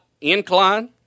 incline